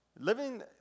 Living